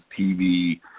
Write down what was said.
TV